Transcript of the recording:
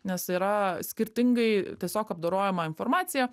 nes yra skirtingai tiesiog apdorojama informacija